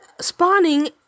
spawning